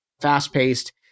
fast-paced